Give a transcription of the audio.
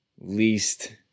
least